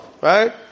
right